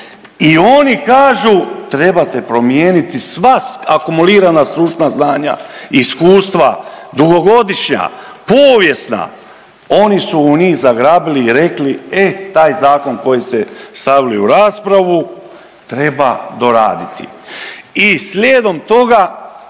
i oni kažu trebate promijeniti sva akumulirana stručna znanja, iskustva dugogodišnja, povijesna. Oni su u njih zagrabili i rekli e taj zakon koji ste stavili u raspravu treba doraditi. I slijedom toga